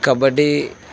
kabaddi